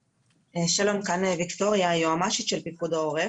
שלום, כאן ויקטוריה, היועמ"שית של פיקוד העורף.